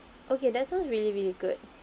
okay that sounds really really good